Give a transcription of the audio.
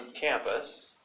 campus